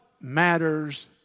matters